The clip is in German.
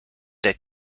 der